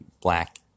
black